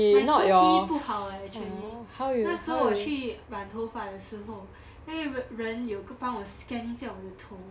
my 头皮不好 eh actually 那时候我去染头发的时候那个人有帮我 scan 一下我的头